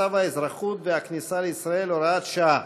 צו האזרחות והכניסה לישראל (הוראת שעה)